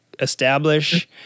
establish